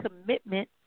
commitment